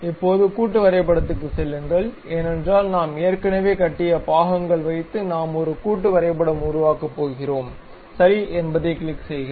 இப்போது கூட்டு வரைபடத்துக்குச் செல்லுங்கள் ஏனென்றால் நாம் ஏற்கனவே கட்டிய பாகங்கள் வைத்து நாம் ஒரு கூட்டு வரைபடம் உருவாக்கப் போகிறோம் சரி என்பதைக் கிளிக் செய்க